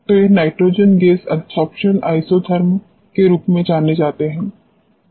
तो ये nitrogen gas adsorption isotherms के रूप में जाने जाते हैं